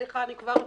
סליחה, אני כבר אתקן.